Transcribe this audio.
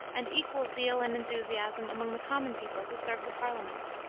and equal zeal and enthusiasm among the common people to serve the parliament.